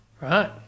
Right